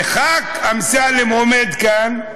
הוא עדיין שנה וחצי חושב, וחה"כ אמסלם עומד כאן,